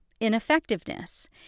ineffectiveness